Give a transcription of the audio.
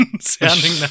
sounding